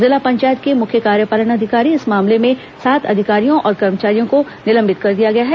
जिला पंचायत के मुख्य कार्यपालन अधिकारी इस मामले में सात अधिकारियों और कर्मचारियों को निलंबित कर दिया है